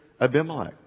Abimelech